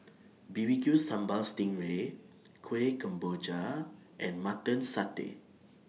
B B Q Sambal Sting Ray Kuih Kemboja and Mutton Satay